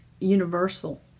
universal